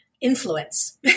influence